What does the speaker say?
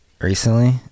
recently